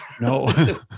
no